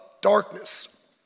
darkness